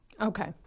Okay